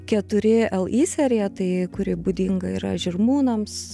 keturi l i serija tai kuri būdinga yra žirmūnams